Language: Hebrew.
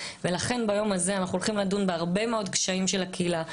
ולכן ביום הזה אנחנו הולכים לדון בהרבה מאוד קשיים של הקהילה,